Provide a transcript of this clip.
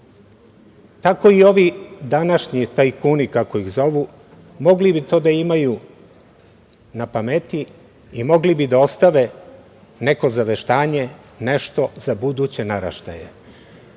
Tako i ovi današnji tajkuni, kako ih zovu, mogli bi to da imaju na pameti i mogli bi da ostave neko zaveštanje, nešto za buduće naraštaje.